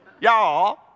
Y'all